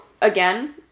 again